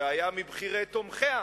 שהיה מבכירי תומכיה,